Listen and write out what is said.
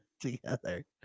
together